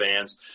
fans